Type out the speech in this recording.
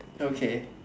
okay